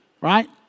right